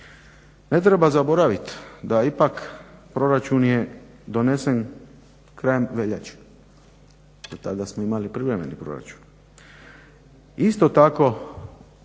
Ne treba zaboravit da ipak proračun je donesen krajem veljače. Do tada smo imali privremeni proračun. Isto tako,